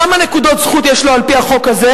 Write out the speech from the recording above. כמה נקודות זכות יש לו על-פי החוק הזה?